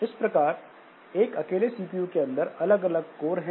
इस प्रकार एक अकेले सीपीयू के अंदर अलग अलग कोर हैं